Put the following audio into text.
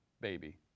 baby